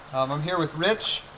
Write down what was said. i'm here with rich.